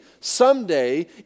someday